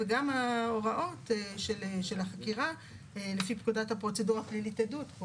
וגם ההוראות של החקירה לפי פקודת הפרוצדורה הפלילית (עדות).